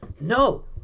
No